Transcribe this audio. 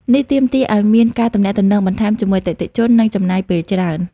នេះទាមទារឱ្យមានការទំនាក់ទំនងបន្ថែមជាមួយអតិថិជន និងចំណាយពេលច្រើន។